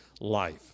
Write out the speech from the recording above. life